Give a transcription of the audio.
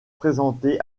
présentée